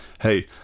Hey